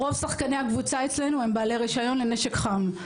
רוב שחקני הקבוצה אצלנו הם בעלי רישיון לנשק חם.